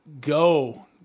go